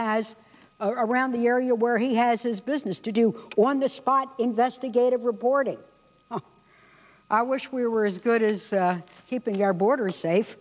has around the area where he has his business to do on the spot investigative reporting i wish we were as good as keeping our borders safe